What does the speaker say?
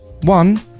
one